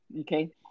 Okay